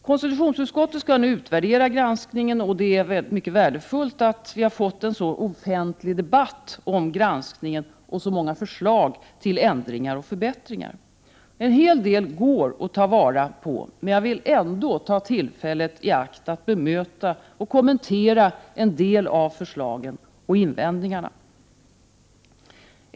Konstitutionsutskottet skall nu utvärdera granskningen, och det är mycket värdefullt att vi har fått en så offentlig debatt om granskningen och så många förslag till ändringar och förbättringar. En hel del går att ta vara på. Men jag vill ändå ta tillfället i akt att bemöta och kommentera en del av förslagen och invändningarna.